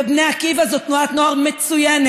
בני עקיבא זאת תנועת נוער מצוינת,